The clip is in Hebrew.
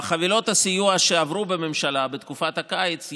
בחבילות הסיוע שעברו בממשלה בתקופת הקיץ,